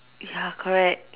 ya correct